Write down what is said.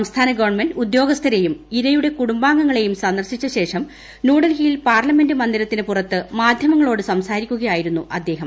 സംസ്ഥാന ഗവൺമെന്റ് ഉദ്യോഗസ്ഥരെയും ഇരയുടെ കുടുംബാംഗങ്ങളെയും സന്ദർശിച്ച ശേഷം ന്യൂഡൽഹിയിൽ പാർലമെന്റ് മന്ദിരത്തിന് പുറത്ത് മാധ്യമങ്ങളോട് സംസാരിക്കുകയായിരുന്നു അദ്ദേഹം